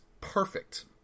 perfect